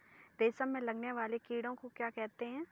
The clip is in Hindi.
रेशम में लगने वाले कीड़े को क्या कहते हैं?